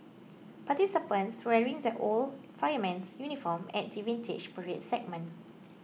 participants wearing the old fireman's uniform at the Vintage Parade segment